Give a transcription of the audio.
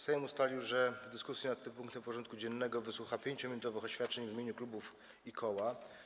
Sejm ustalił, że w dyskusji nad tym punktem porządku dziennego wysłucha 5-minutowych oświadczeń w imieniu klubów i koła.